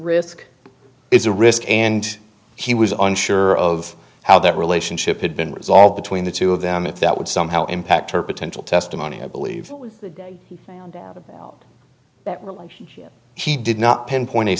risk it's a risk and he was unsure of how that relationship had been resolved between the two of them if that would somehow impact her potential testimony i believe about that relationship he did not pinpoint a